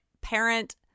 parent